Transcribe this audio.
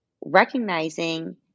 recognizing